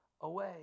away